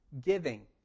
Giving